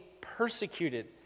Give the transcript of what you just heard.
persecuted